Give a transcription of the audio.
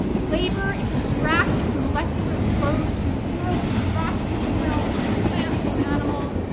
labor extracts molecular flows from the world, from rocks, from soil, from plants, from animals,